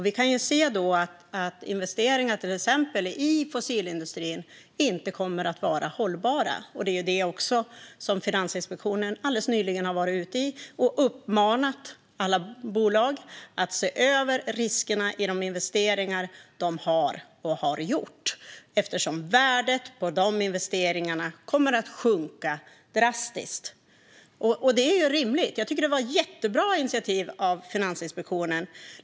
Vi kan se att investeringar i exempelvis fossilindustrin inte kommer att vara hållbara, och därför uppmanade Finansinspektionen nyligen alla bolag att se över riskerna i de investeringar de har gjort eftersom värdet på dessa investeringar kommer att sjunka drastiskt. Det var ett jättebra initiativ av Finansinspektionen.